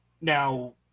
Now